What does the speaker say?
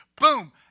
boom